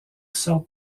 sortes